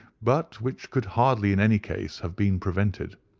but which could hardly in any case have been prevented.